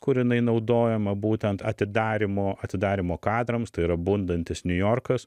kur inai naudojama būtent atidarymo atidarymo kadrams tai yra bundantis niujorkas